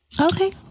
Okay